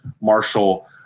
Marshall